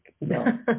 No